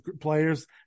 players